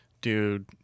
Dude